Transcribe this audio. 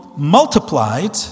multiplied